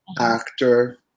actor